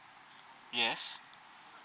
yes